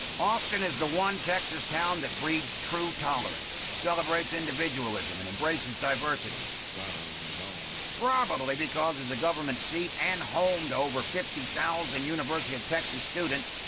austin is the one texas town that breeds true tolerance, celebrates individualism and embraces diversity. so and you know probably because it's the government seat and home to over fifty thousand university of texas students.